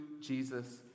Jesus